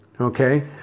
Okay